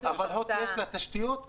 אבל ל-הוט יש תשתיות.